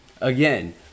again